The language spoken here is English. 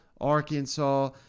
Arkansas